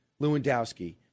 Lewandowski